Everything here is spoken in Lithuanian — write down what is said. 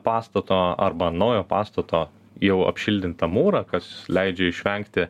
pastato arba ant naujo pastato jau apšiltintą mūrą kas leidžia išvengti